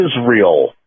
Israel